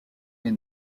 est